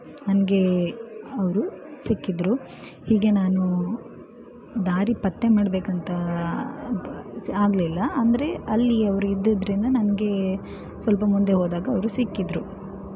ನನಗೆ ಅವರು ಸಿಕ್ಕಿದರು ಹೀಗೆ ನಾನು ದಾರಿ ಪತ್ತೆ ಮಾಡಬೇಕಂತ ಆಗಲಿಲ್ಲ ಅಂದರೆ ಅಲ್ಲಿ ಅವರು ಇದ್ದಿದ್ದರಿಂದ ನನಗೆ ಸ್ವಲ್ಪ ಮುಂದೆ ಹೋದಾಗ ಅವರು ಸಿಕ್ಕಿದರು